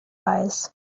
eyes